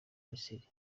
misiri